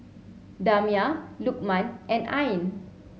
Damia Lukman and Ain